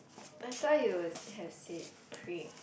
I thought you would have said pri~